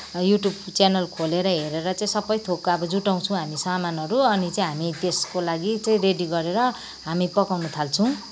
YouTube channel खोलेर हेरेर चाहिँ सबै थोक अब जुटाउँछौँ हामी समानहरू अनि चाहिँ हामी त्यसको लागि चाहिँ रेडी गरेर हामी पकाउन थाल्छौँ